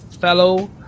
fellow